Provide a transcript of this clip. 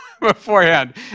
beforehand